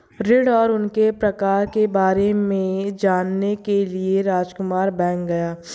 ऋण और उनके प्रकार के बारे में जानने के लिए रामकुमार बैंक गया